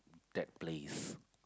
that place